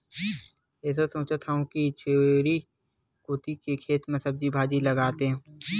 एसो सोचत हँव कि झोरी कोती के खेत म सब्जी भाजी लगातेंव